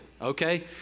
Okay